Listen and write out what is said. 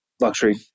luxury